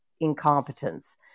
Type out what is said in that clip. incompetence